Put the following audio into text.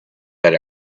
that